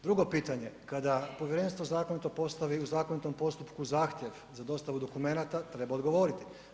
Drugo pitanje, kada povjerenstvo zakonito postavi u zakonitom postupku zahtjev za dostavu dokumenata, treba odgovoriti.